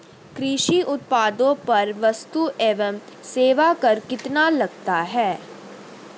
कृषि उत्पादों पर वस्तु एवं सेवा कर कितना लगता है?